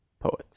Poets